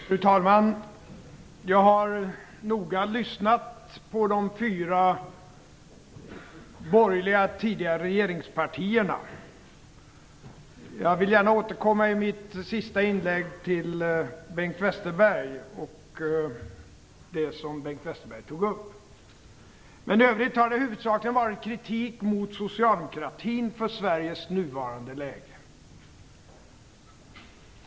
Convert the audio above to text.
Fru talman! Jag har noga lyssnat på de fyra borgerliga tidigare regeringspartierna. Jag vill gärna återkomma i mitt sista inlägg till Bengt Westerberg och det som han tog upp. I övrigt har det huvudsakligen varit kritik mot socialdemokratin för Sveriges nuvarande läge.